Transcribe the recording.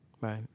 Right